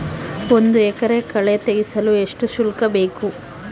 ಒಂದು ಎಕರೆ ಕಳೆ ತೆಗೆಸಲು ಎಷ್ಟು ಶುಲ್ಕ ಬೇಕು?